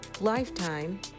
Lifetime